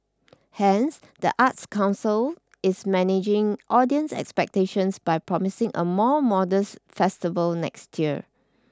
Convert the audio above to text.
hence the arts council is managing audience expectations by promising a more modest festival next year